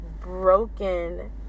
broken